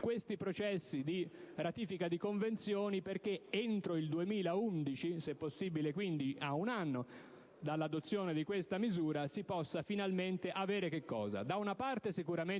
questi processi di ratifica di convenzioni perché entro il 2011 (se possibile, quindi, a un anno dall'adozione di questa misura) si possano finalmente avere